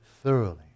thoroughly